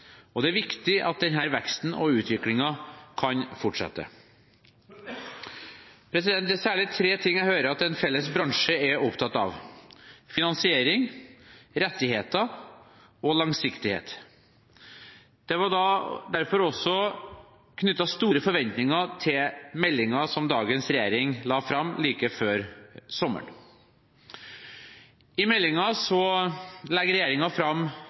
og det er viktig at denne veksten og utviklingen kan fortsette. Det er særlig tre ting jeg hører at en felles bransje er opptatt av: finansiering, rettigheter og langsiktighet. Det var derfor knyttet store forventninger til meldingen som dagens regjering la fram like før sommeren. I meldingen legger regjeringen fram